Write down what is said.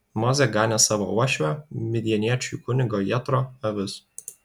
mozė ganė savo uošvio midjaniečių kunigo jetro avis